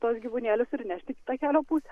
tuos gyvūnėlius ir nešti į kitą kelio pusę